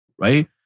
right